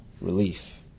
Relief